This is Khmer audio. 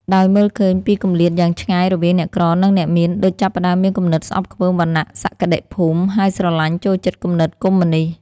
ដោយមើលឃើញពីគម្លាតយ៉ាងឆ្ងាយរវាងអ្នកក្រ និងអ្នកមាន ឌុចចាប់ផ្តើមមានគំនិតស្អប់ខ្ពើមវណ្ណៈសក្តិភូមិ ហើយស្រឡាញ់ចូលចិត្តគំនិតកុម្មុយនីស្ត។